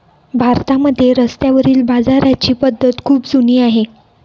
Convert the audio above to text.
भारतामध्ये रस्त्यावरील बाजाराची पद्धत खूप जुनी आहे